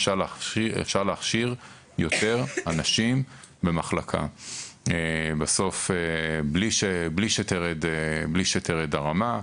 אפשר להכשיר יותר אנשים במחלקה בלי שתרד הרמה.